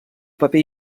paper